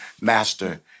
master